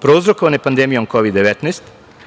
prouzrokovane pandemijom Kovid 19,